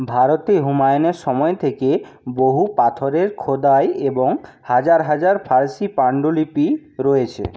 ভারতে হুমায়ুনের সময় থেকে বহু পাথরের খোদাই এবং হাজার হাজার ফারসি পাণ্ডুলিপি রয়েছে